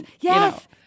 yes